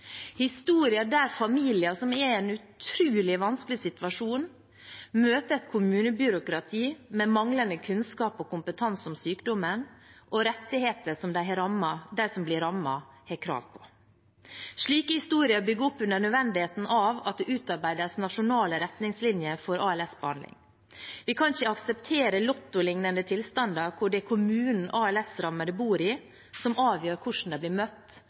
historier om at familier som er i en utrolig vanskelig situasjon, møter et kommunebyråkrati med manglende kunnskap og kompetanse om sykdommen og om rettigheter som de som blir rammet, har krav på. Slike historier bygger opp under nødvendigheten av at det utarbeides nasjonale retningslinjer for ALS-behandling. Vi kan ikke akseptere Lotto-liknende tilstander, hvor det er kommunen som de ALS-rammede bor i, som avgjør hvordan de blir møtt